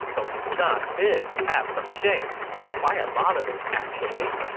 dong tuna did have some shame, quite a lot of it actually.